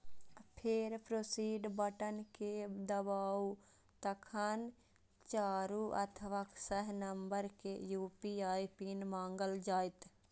फेर proceed button कें दबाउ, तखन चारि अथवा छह नंबर के यू.पी.आई पिन मांगल जायत